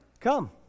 Come